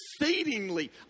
exceedingly